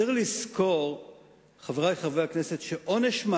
חברי חברי הכנסת, צריך לזכור שעונש מאסר